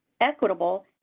equitable